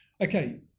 okay